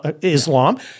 Islam